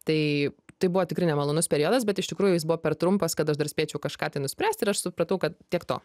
tai tai buvo tikrai nemalonus periodas bet iš tikrųjų jis buvo per trumpas kad aš dar spėčiau kažką tai nuspręsti ir aš supratau kad tiek to